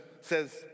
says